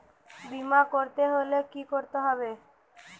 বিমা করতে হলে কি করতে হবে?